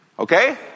Okay